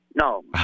No